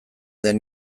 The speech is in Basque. den